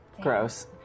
Gross